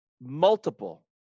Multiple